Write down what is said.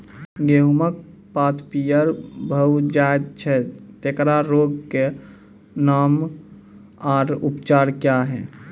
गेहूँमक पात पीअर भअ जायत छै, तेकरा रोगऽक नाम आ उपचार क्या है?